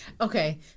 Okay